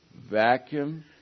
vacuum